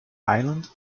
island